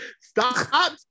Stop